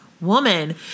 woman